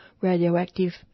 radioactive